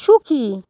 সুখী